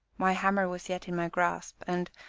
my hammer was yet in my grasp, and,